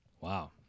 Wow